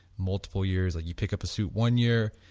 multiple years. like you pick up a suit one year,